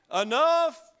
Enough